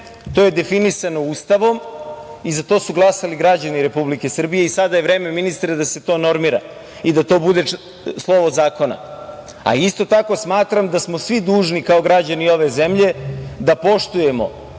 To je definisano Ustavom i za to su glasali građani Republike Srbije. Sada je vreme, ministre, da se to normira i da to bude slovo zakona. Isto tako, smatram da smo svi dužni, kao građani ove zemlje, da poštujemo